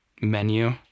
menu